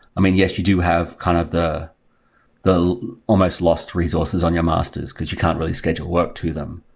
i mean, yes, you do have kind of the the almost lost resources on your masters, because you can't really schedule work to them.